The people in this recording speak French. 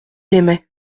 aimait